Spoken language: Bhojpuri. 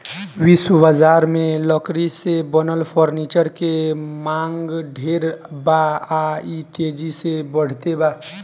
विश्व बजार में लकड़ी से बनल फर्नीचर के मांग ढेर बा आ इ तेजी से बढ़ते बा